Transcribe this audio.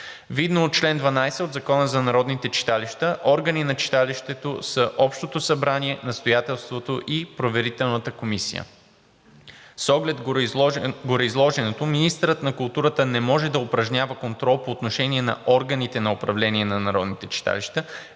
Видно от чл. 12 от Закона за народните читалища, органи на читалището са общото събрание, настоятелството и проверителната комисия. С оглед гореизложеното министърът на културата не може да упражнява контрол по отношение на органите на управление на народните читалища,